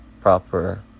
proper